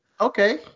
okay